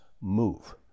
move